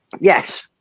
yes